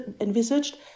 envisaged